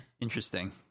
Interesting